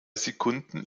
sekunden